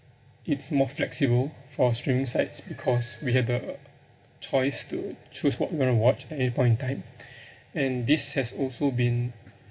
it's more flexible for streaming sites because we have the choice to choose what we want to watch at any point in time and this has also been